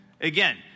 Again